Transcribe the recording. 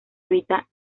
habita